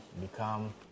become